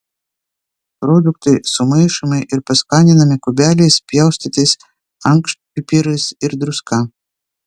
produktai sumaišomi ir paskaninami kubeliais pjaustytais ankštpipiriais ir druska